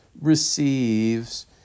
receives